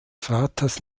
vaters